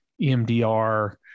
EMDR